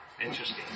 Interesting